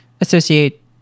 associate